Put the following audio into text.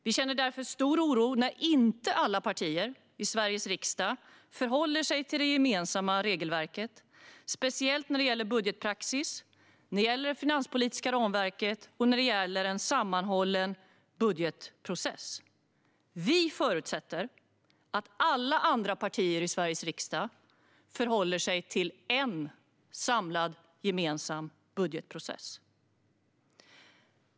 Vi känner därför oro när inte alla partier i Sveriges riksdag förhåller sig till det gemensamma regelverket, speciellt när det gäller budgetpraxis, det finanspolitiska ramverket och en sammanhållen budgetprocess. Vi förutsätter att alla andra partier i Sveriges riksdag förhåller sig till en samlad, gemensam budgetprocess.